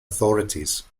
authorities